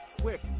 Quick